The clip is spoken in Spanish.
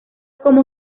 como